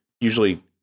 usually